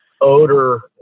odor